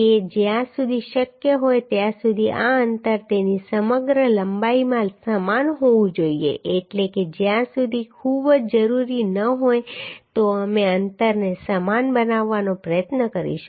કે જ્યાં સુધી શક્ય હોય ત્યાં સુધી આ અંતર તેની સમગ્ર લંબાઈમાં સમાન હોવું જોઈએ એટલે કે જ્યાં સુધી તે ખૂબ જ જરૂરી ન હોય તો અમે અંતરને સમાન બનાવવાનો પ્રયત્ન કરીશું